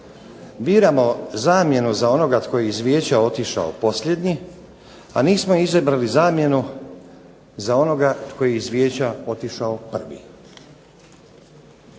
biramo zamjenu za onoga tko je iz Vijeća otišao posljednji, a nismo izabrali zamjenu za onoga tko je iz Vijeća otišao prvi.